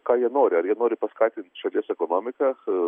ką jie nori ar jie nori paskatint šalies ekonomiką